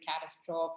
catastrophe